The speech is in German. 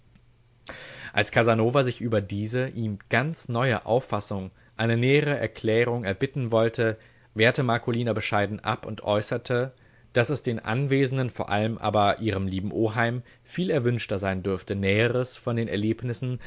als casanova sich über diese ihm ganz neue auffassung eine nähere erklärung erbitten wollte wehrte marcolina bescheiden ab und äußerte daß es den anwesenden vor allem aber ihrem lieben oheim viel erwünschter sein dürfte näheres von den erlebnissen